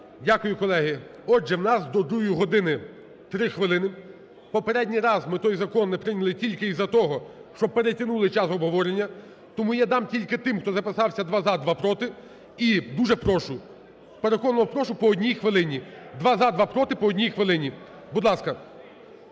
Дякую, колеги. Отже, в нас до другої години 3 хвилини. Попередній раз ми той закон не прийняли тільки із-за того, що перетягнули час обговорення. Тому я дам тільки тим, хто записався: два – за, два – проти. І дуже прошу, переконливо прошу, по одній хвилини. Запишіться: два – за, два – проти – по одній хвилині, будь ласка.